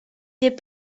des